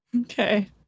Okay